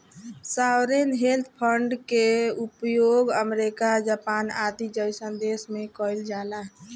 sovereign wealth fund के उपयोग America Japan आदि जईसन देश में कइल जाला